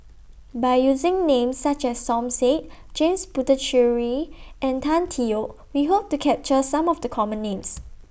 By using Names such as Som Said James Puthucheary and Tan Tee Yoke We Hope to capture Some of The Common Names